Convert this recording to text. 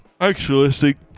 Actualistic